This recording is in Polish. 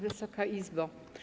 Wysoka Izbo!